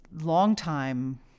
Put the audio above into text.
longtime